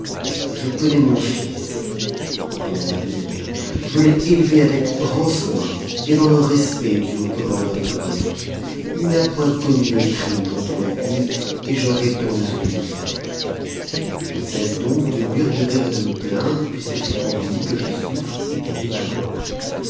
je connais mon fils reprit la mère de ganem je l'ai élevé avec grand soin et dans le respect dû au commandeur des croyants point commis le crime dont on l'accuse et je réponds de son innocence je cesse donc de murmurer et de me plaindre puisque c'est pour lui que je souffre et qu'il n'est pas mort